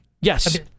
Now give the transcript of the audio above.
Yes